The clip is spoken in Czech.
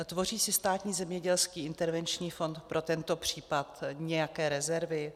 Tvoří si Státní zemědělský intervenční fond pro tento případ nějaké rezervy?